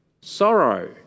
sorrow